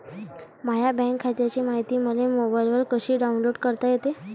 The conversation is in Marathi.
माह्या बँक खात्याची मायती मले मोबाईलवर कसी डाऊनलोड करता येते?